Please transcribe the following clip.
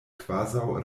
kvazaŭ